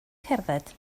cerdded